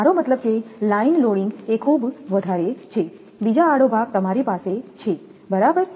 મારો મતલબ કે લાઈન લોડિંગ એ ખૂબ વધારે છે બીજા આડો ભાગ તમારી પાસે છે બરાબર